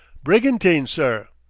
brigantine, sir.